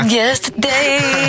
yesterday